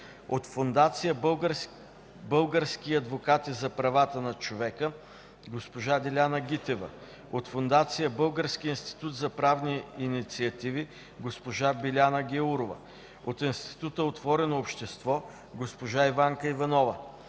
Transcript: от Фондация „Български адвокати за правата на човека” – госпожа Диляна Гитева; от Фондация „Български институт за правни инициативи” – госпожа Биляна Гяурова; от Института „Отворено общество” – госпожа Иванка Иванова;